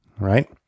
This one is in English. right